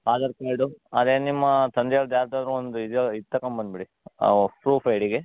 Aadhaar card ಅದೇ ನಿಮ್ಮ ತಂದೆಯವ್ರದ್ದು ಯಾರದಾದ್ರು ಒಂದು ಇದು ಇದು ತಗೊಂಬಂದ್ಬಿಡಿ ಪ್ರೂಫ್ ಐ ಡಿಗೆ